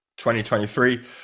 2023